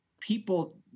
people